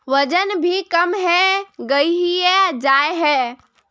वजन भी कम है गहिये जाय है?